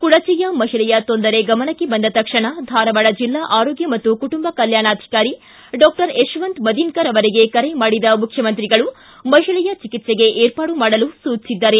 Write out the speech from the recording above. ಕುಡಚಿಯ ಮಹಿಳೆಯ ತೊಂದರೆ ಗಮನಕ್ಕೆ ಬಂದ ತಕ್ಷಣ ಧಾರವಾಡ ಜಿಲ್ಲಾ ಆರೋಗ್ಯ ಮತ್ತು ಕುಟುಂಬ ಕಲ್ಯಾಣಾಧಿಕಾರಿ ಡಾಕ್ಷರ್ ಯಶವಂತ ಮದೀನಕರ್ ಅವರಿಗೆ ಕರೆ ಮಾಡಿದ ಮುಖ್ಯಮಂತ್ರಿಗಳು ಮಹಿಳೆಯ ಚಿಕಿತ್ಸೆಗೆ ಏರ್ಪಾಡು ಮಾಡಲು ಸೂಚಿಸಿದರು